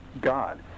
God